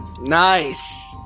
Nice